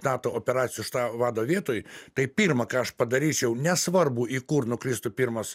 nato operacijų vado vietoj tai pirma ką aš padaryčiau nesvarbu į kur nukristų pirmas